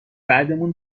بعدمون